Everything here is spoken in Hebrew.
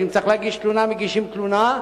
שאם צריך להגיש תלונה מגישים תלונה,